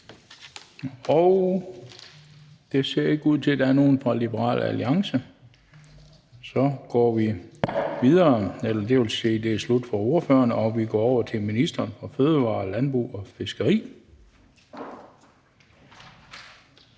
Det ser ikke ud til, at der er nogen fra Liberal Alliance. Så er der ikke flere ordførere, og vi går over til ministeren for fødevarer, landbrug og fiskeri.